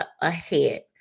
ahead